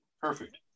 Perfect